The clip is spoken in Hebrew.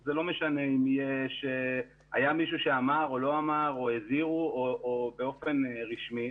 זה לא משנה אם היה מישהו שאמר או לא אמר או הזהירו באופן רשמי,